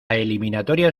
eliminatoria